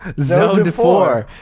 zoe dufour.